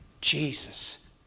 Jesus